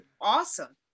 awesome